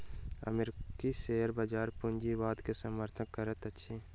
अमेरिकी शेयर बजार पूंजीवाद के समर्थन करैत अछि